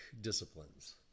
disciplines